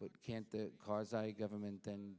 but can't the karzai government then